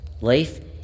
life